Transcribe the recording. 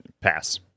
Pass